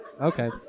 Okay